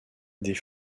des